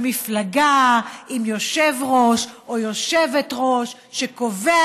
במפלגה עם יושב-ראש או יושבת-ראש שקובע